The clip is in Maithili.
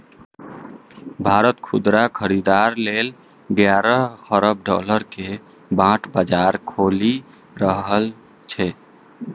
भारत खुदरा खरीदार लेल ग्यारह खरब डॉलर के बांड बाजार खोलि रहल छै